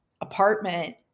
apartment